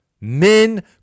Men